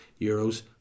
euros